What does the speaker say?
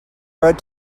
road